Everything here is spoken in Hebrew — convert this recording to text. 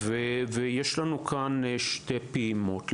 יש לנו כאן שתי פעימות,